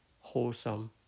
wholesome